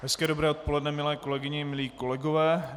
Hezké dobré odpoledne, milé kolegyně, milí kolegové.